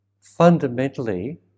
fundamentally